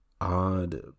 odd